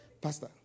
Pastor